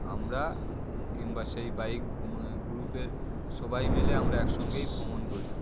আমরা কিংবা সেই বাইক গ্রুপের সবাই মিলে আমরা একসঙ্গেই ভ্রমণ করি